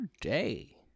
day